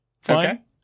Fine